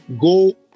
go